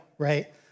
right